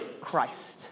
Christ